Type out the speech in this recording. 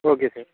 okay sir